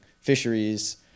fisheries